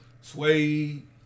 suede